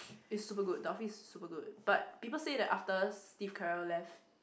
is super good the Office is super good but people said that after Steve-Carell left